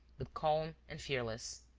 but calm and fearless.